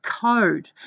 code